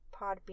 Podbean